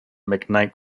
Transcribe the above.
mcknight